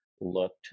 looked